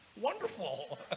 Wonderful